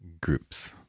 groups